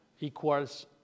equals